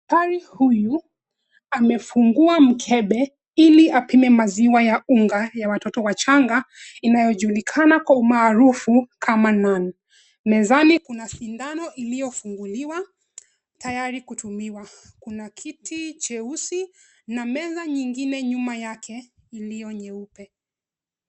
Mkari huyu amefungua mkebe ili apime maziwa ya unga ya watoto wachanga inayojulikana kwa umaarufu kama nan . Mezani kuna sindano iliyofunguliwa tayari kutumiwa. Kuna kiti cheusi na meza nyingine nyuma yake iliyo nyeupe.